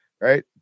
Right